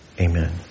Amen